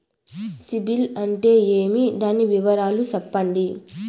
సిబిల్ అంటే ఏమి? దాని వివరాలు సెప్పండి?